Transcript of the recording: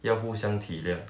要互相体谅